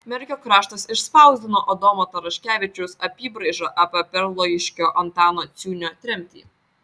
merkio kraštas išspausdino adomo taraškevičiaus apybraižą apie perlojiškio antano ciūnio tremtį